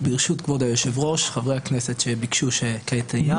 ברשות כבוד היושב-ראש, בראשית דבריי,